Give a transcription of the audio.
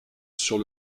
sur